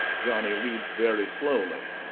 johnny reads very slowly.